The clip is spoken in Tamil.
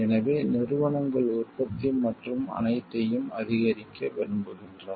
எனவே நிறுவனங்கள் உற்பத்தி மற்றும் அனைத்தையும் அதிகரிக்க விரும்புகின்றன